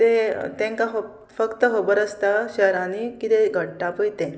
ते तांकां फक्त खबर आसता शहरांनी किदें घडटा पळय तें